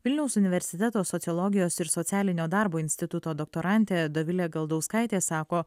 vilniaus universiteto sociologijos ir socialinio darbo instituto doktorantė dovilė galdauskaitė sako